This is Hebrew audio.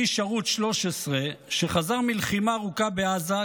איש ערוץ 13 שחזר מלחימה ארוכה בעזה,